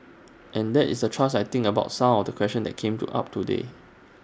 and that is the thrust I think about some of the questions that came to up today